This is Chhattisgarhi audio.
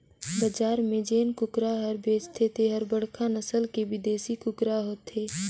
बजार में जेन कुकरा हर बेचाथे तेहर बड़खा नसल के बिदेसी कुकरा होथे